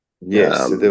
yes